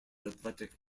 athletic